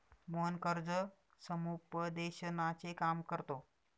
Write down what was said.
मोहन कर्ज समुपदेशनाचे काम करतो